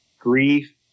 grief